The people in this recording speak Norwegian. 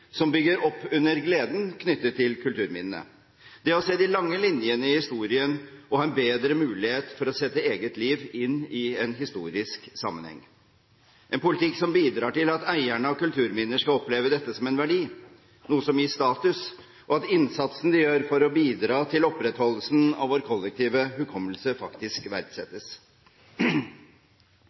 som bygger opp under gleden knyttet til kulturminnene, det å se de lange linjene i historien og ha en bedre mulighet for å sette eget liv inn i en historisk sammenheng, en politikk som bidrar til at eierne av kulturminner skal oppleve dette som en verdi, noe som gir status, og at innsatsen de gjør for å bidra til opprettholdelsen av vår kollektive hukommelse, faktisk verdsettes.